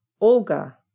Olga